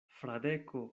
fradeko